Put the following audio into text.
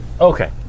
Okay